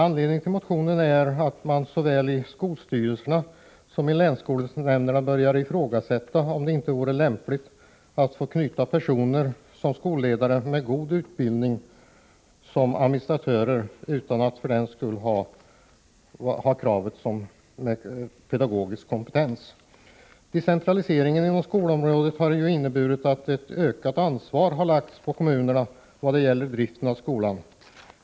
Anledningen till motionen är att man såväl i skolstyrelserna som i länsskolnämnderna börjar ifrågasätta om det inte vore lämpligt att vid anställning av skolledare avstå från kravet på pedagogisk kompetens och att till skolverksamheten få knyta personer utan denna kompetens men med god administrativ utbildning. Decentraliseringen inom skolområdet har inneburit att ett ökat ansvar har lagts på kommunerna när det gäller driften av skolan.